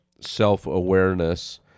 self-awareness